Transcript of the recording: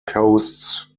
coasts